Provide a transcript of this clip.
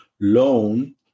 loan